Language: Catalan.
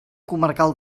comarcal